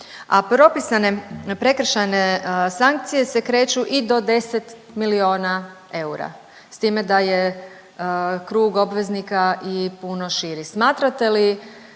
a propisane prekršajne sankcije se kreću i do 10 milijuna eura, s time da je krug obveznika i puno širi.